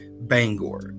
Bangor